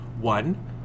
one